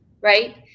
right